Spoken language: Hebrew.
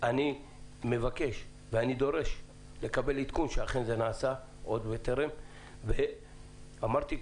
אני דורש לקבל עדכון שאכן זה נעשה ואם לא,